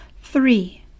Three